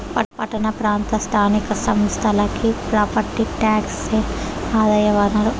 పట్టణ ప్రాంత స్థానిక సంస్థలకి ప్రాపర్టీ టాక్సే ఆదాయ వనరు